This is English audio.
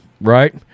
right